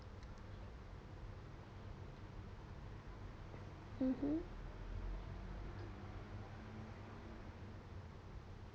mmhmm